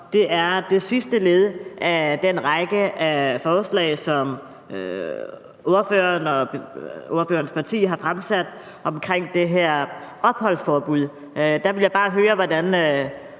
sig om det sidste led i den række af forslag, som ordføreren og ordførerens parti har fremsat omkring det her opholdsforbud. Og der vil jeg bare høre, hvordan